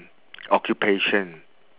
occupation